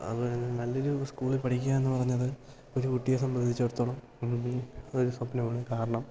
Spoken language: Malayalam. അതുപോലെ തന്നെ നല്ലൊരു സ്കൂളില് പഠിക്കുക എന്നു പറഞ്ഞത് ഒരു കുട്ടിയെ സംബന്ധിച്ചടത്തോളം ഒരു സ്വപ്നമാണ് കാരണം